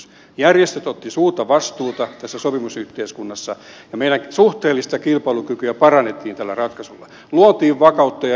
järjestöt ottivat suurta vastuuta tässä sopimusyhteiskunnassa ja meidän suhteellista kilpailukykyämme parannettiin tällä ratkaisulla luotiin vakautta ja ennustettavuutta